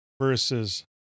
versus